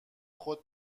خود